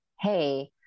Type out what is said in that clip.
Hey